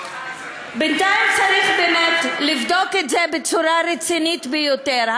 בינתיים צריך באמת לבדוק את זה בצורה רצינית ביותר.